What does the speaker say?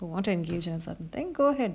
want to engage in certain thing go ahead